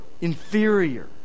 inferior